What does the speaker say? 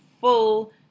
full